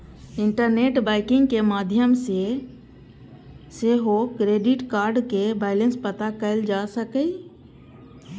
internet banking के माध्यम सं सेहो क्रेडिट कार्डक बैलेंस पता कैल जा सकैए